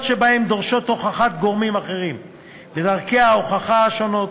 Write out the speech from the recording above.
שבהם דורשות הוכחת גורמים אחרים בדרכי הוכחה שונות,